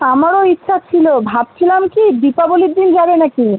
আমারও ইচ্ছা ছিলো ভাবছিলাম কি দীপাবলীর দিন যাবে না কি